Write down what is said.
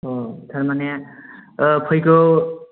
औ थारमाने फैगौ